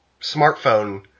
smartphone